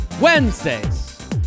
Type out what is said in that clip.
Wednesdays